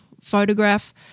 photograph